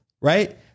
right